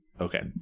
Okay